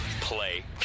play